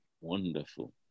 Wonderful